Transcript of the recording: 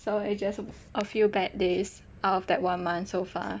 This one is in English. so it's just a a few bad days out of that one month so far